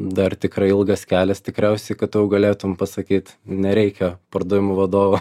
dar tikrai ilgas kelias tikriausiai kad tu jau galėtum pasakyt nereikia pardavimų vadovo